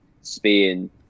Spain